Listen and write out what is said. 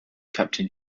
captain